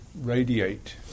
radiate